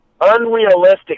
unrealistic